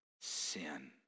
sin